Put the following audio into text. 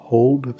Hold